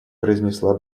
произнесла